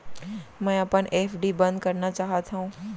मै अपन एफ.डी बंद करना चाहात हव